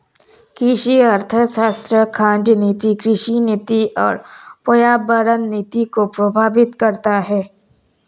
कृषि अर्थशास्त्र खाद्य नीति, कृषि नीति और पर्यावरण नीति को प्रभावित करता है